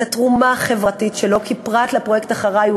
את התרומה החברתית שלו כפרט לפרויקט "אחריי!".